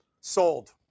Sold